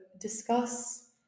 discuss